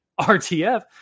RTF